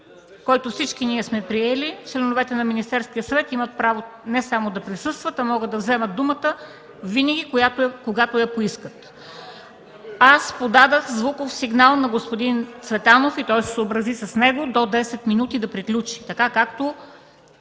който всички ние сме приели, членовете на Министерския съвет имат право не само да присъстват, а могат да вземат думата винаги, когато я поискат. Аз подадох звуков сигнал на господин Цветанов и той се съобрази с него – до 10 минути да приключи, както